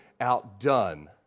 outdone